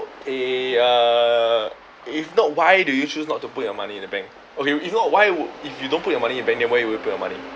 eh uh if not why do you choose not to put your money in the bank okay if not why would if you don't put your money in bank then where will you put your money